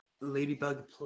ladybug